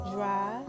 Dry